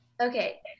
Okay